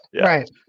Right